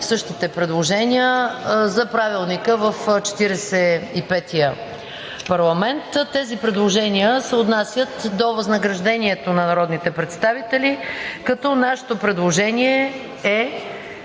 същите предложения за Правилника в четиридесет и петия парламент. Тези предложения се отнасят до възнаграждението на народните представители, като нашето предложение е: